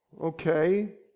okay